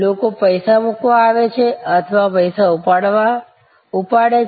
લોકો પૈસા મૂકવા આવે છે અથવા પૈસા ઉપાડે છે